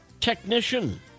technician